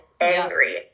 angry